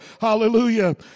Hallelujah